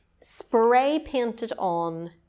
spray-painted-on